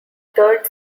third